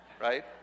right